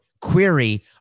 query